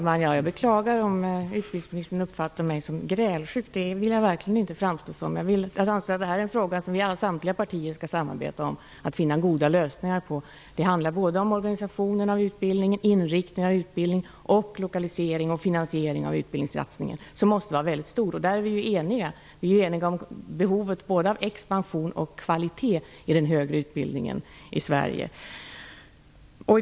Fru talman! Jag beklagar om utbildningsministern uppfattar mig som grälsjuk -- det vill jag verkligen inte framstå som. Jag anser att det här är en fråga som samtliga partier skall samarbeta om för att finna goda lösningar på. Det handlar om organisationen av utbildningen, inriktningen av utbildningen och lokalisering och finansiering av utbildningssatsningen, som måste vara mycket stor. Vi är ju eniga om behovet både av expansion och av kvalitet i den högre utbildningen i Sverige.